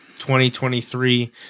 2023